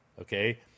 okay